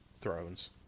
thrones